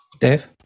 Dave